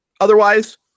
Otherwise